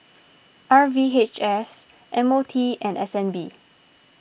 R V H S M O T and S N B